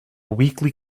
weekly